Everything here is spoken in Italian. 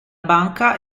banca